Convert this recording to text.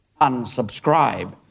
unsubscribe